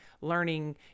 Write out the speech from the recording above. learning